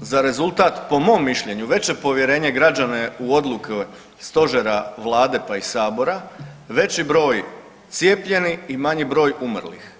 za rezultat po mom mišljenju veće povjerenje građana u odluke Stožera, Vlade pa i Sabora, veći broj cijepljenih i manji broj umrlih.